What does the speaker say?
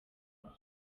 ngo